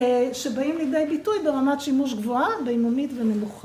‫שבאים לידי ביטוי ברמת שימוש גבוהה, ‫בינונית ונמוכה.